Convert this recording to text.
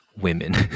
women